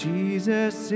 Jesus